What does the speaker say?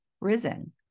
risen